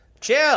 Chill